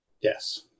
Yes